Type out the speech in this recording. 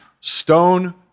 Stone